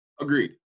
Agreed